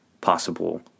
possible